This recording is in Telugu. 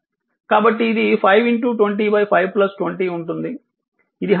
కాబట్టి ఇది 5 205 20 ఉంటుంది